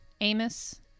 Amos